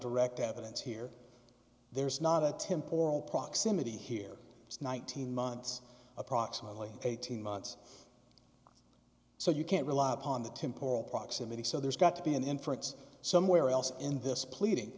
direct evidence here there's not a temp oral proximity here it's nineteen months approximately eighteen months so you can't rely upon the temporal proximity so there's got to be an inference somewhere else in this pleading